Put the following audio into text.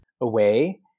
away